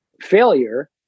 failure